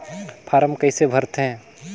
Form कइसे भरते?